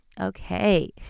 Okay